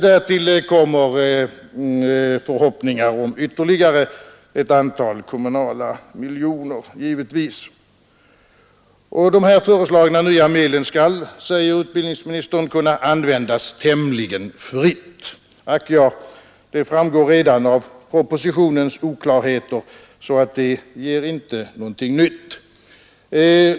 Därtill kommer givetvis förhoppningar om ytterligare ett antal kommunala miljoner. De föreslagna nya medlen skall, säger utbildningsministern, kunna användas tämligen fritt. Ack ja! Det framgår redan av propositionens oklarheter, så det ger inte något nytt.